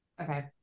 Okay